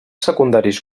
secundaris